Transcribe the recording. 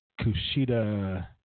Kushida